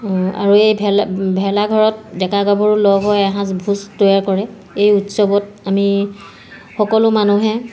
আৰু এই ভেলা ভেলাঘৰত ডেকা গাভৰু লগ হৈ এসাঁজ ভোজ তৈয়াৰ কৰে এই উৎসৱত আমি সকলো মানুহে